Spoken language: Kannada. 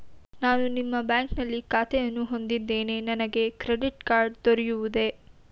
ನಾನು ನಿಮ್ಮ ಬ್ಯಾಂಕಿನಲ್ಲಿ ಖಾತೆಯನ್ನು ಹೊಂದಿದ್ದೇನೆ ನನಗೆ ಕ್ರೆಡಿಟ್ ಕಾರ್ಡ್ ದೊರೆಯುವುದೇ?